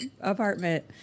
apartment